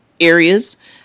areas